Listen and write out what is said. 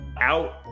out